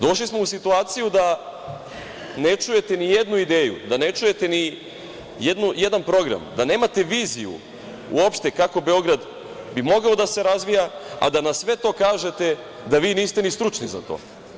Došli smo u situaciju da ne čujete ni jednu ideju, da ne čujete ni jedan program, da nemate viziju uopšte kako bi Beograd mogao da se razvija, a da na sve to kažete da vi niste ni stručni za to.